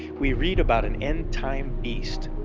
we read about an end-time beast.